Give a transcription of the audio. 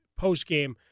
postgame